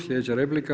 Slijedeća replika.